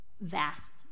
vast